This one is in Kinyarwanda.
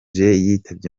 yitabye